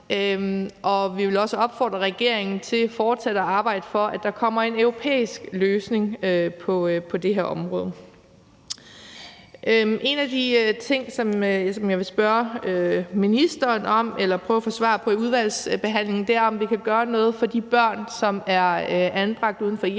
og vi vil også opfordre regeringen til fortsat at arbejde for, at der kommer en europæisk løsning på det her område. En af de ting, som jeg vil spørge ministeren om eller prøve at få svar på i udvalgsbehandlingen, er, om vi kan gøre noget for de børn, som er anbragt uden for hjemmet